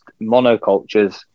monocultures